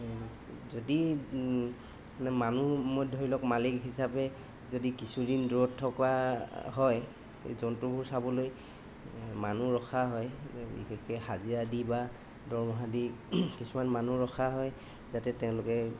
যদি বোলে মানুহ ধৰি লওক মালিক হিচাপে যদি কিছুদিন দূৰত থকা হয় জন্তুবোৰ চাবলৈ মানুহ ৰখা হয় বিশেষকৈ হাজিৰা দি বা দৰমহা দি কিছুমান মানুহ ৰখা হয় যাতে তেওঁলোকে